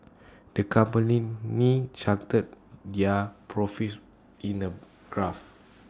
the company charted their profits in A graph